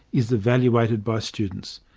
is evaluated by students.